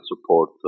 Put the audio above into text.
support